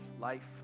life